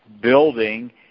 building